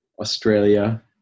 Australia